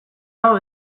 hau